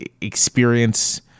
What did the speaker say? experience